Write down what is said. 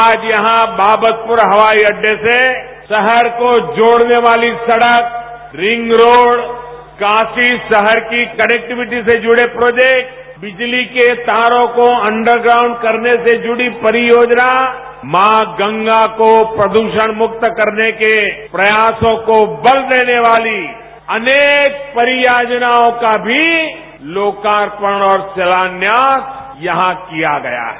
आज यहां बाक्तपुर हवाई अड़डे से शहर को जोड़ने वाली सड़क रिंग रोड काशी शहर की कनेक्टिविटी से जुड़े प्रोजेक्ट विजली के तारों को अंडर ग्राउंड करने से जुड़ी परियोजनाओं गंगा को पूट्रषण मक्त करने के प्रयासों को बल देने वाली अनेक परियोजनाओं का भी लोकार्पण और शिलान्यास यहां किया गया है